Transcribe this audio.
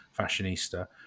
fashionista